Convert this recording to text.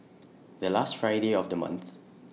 The last Friday of The month